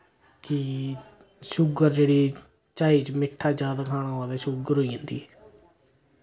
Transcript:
की शुगर जेह्ड़ी चाही च मिट्ठा ज्यादा खाना होऐ ते शुगर होई जंदी